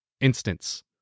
instance